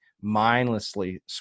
mindlessly